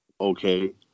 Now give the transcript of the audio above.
Okay